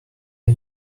are